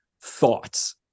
thoughts